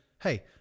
hey